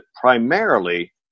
primarily